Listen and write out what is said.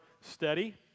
steady